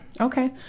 Okay